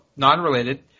non-related